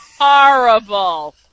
horrible